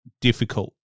difficult